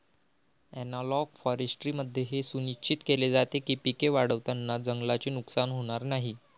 analogue फॉरेस्ट्रीमध्ये हे सुनिश्चित केले जाते की पिके वाढवताना जंगलाचे नुकसान होणार नाही